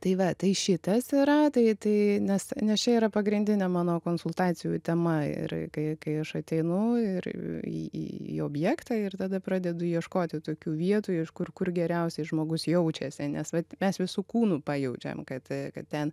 tai va tai šitas yra tai tai nes nes čia yra pagrindinė mano konsultacijų tema ir kai kai aš ateinu ir į į į objektą ir tada pradedu ieškoti tokių vietų iš kur kur geriausiai žmogus jaučiasi nes vat mes visu kūnu pajaučiam kad kad ten